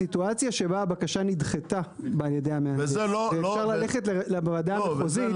בסיטואציה שבה הבקשה נדחתה על ידי המהנדס ואפשר ללכת לוועדה המחוזית,